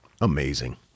amazing